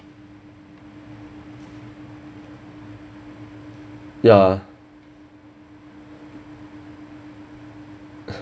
ya